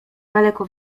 daleko